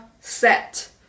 set